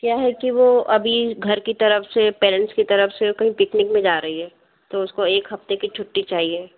क्या है कि वो अभी घर की तरफ़ से पेरेंट्स की तरफ़ से कोई पिकनिक में जा रही है तो उसको एक हफ़्ते की छुट्टी चाहिए